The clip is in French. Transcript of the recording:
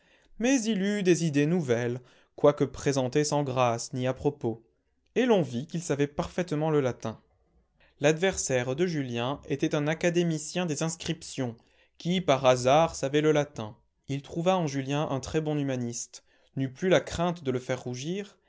mais il eut des idées nouvelles quoique présentées sans grâce ni à-propos et l'on vit qu'il savait parfaitement le latin l'adversaire de julien était un académicien des inscriptions qui par hasard savait le latin il trouva en julien un très bon humaniste n'eut plus la crainte de le faire rougir